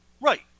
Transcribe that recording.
right